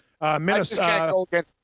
Minnesota